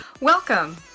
Welcome